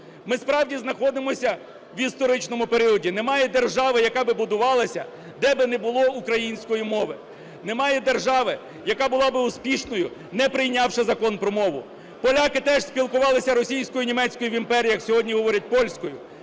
Ми, справді, знаходимося в історичному періоді. Немає держави, яка би будувалася, де би не було української мови. Немає держави, яка була би успішною, не прийнявши Закон про мову. Поляки теж спілкувалися російською, німецькою в імперіях, сьогодні говорять польською.